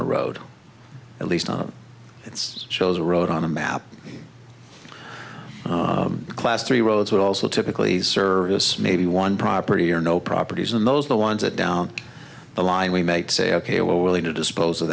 a road at least on its shows a road on a map class three roads would also typically service maybe one property or no properties and those are the ones that down the line we make say ok we're willing to dispose of